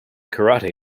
karate